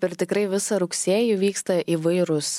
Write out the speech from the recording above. ir tikrai visą rugsėjį vyksta įvairūs